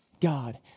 God